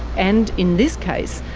and, in this case,